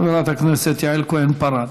חברת הכנסת יעל כהן-פארן.